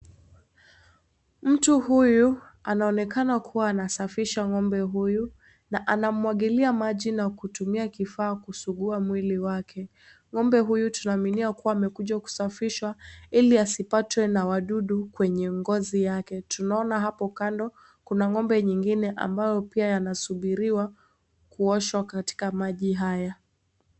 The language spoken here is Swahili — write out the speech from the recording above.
Mtu huyu anaonekana kuwa anasafisha ng'ombe huyu na anamwagilia maji na kutumia kifaa kusugua mwili wake ng'ombe huyu tunaaminia alikuwa amekuja kusafishwa ili asipatwe na wadudu kwenye ngozi yake tunaona hapo kando kuna ng'ombe nyingine ambao pia yanasubiriwa kuoshwa katika maji haya.